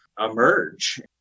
emerge